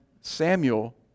Samuel